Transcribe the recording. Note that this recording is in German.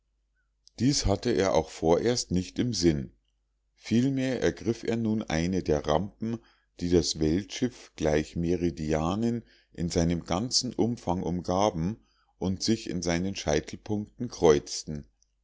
dies hatte er auch vorerst nicht im sinn vielmehr ergriff er nun eine der rampen die das weltschiff gleich meridianen in seinem ganzen umfang umgaben und sich in seinen scheitelpunkten kreuzten